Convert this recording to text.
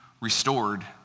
restored